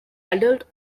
adult